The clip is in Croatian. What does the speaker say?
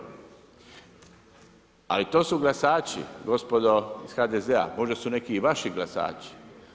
Ali to su glasači gospodo iz HDZ-a, možda su neki i vaši glasači.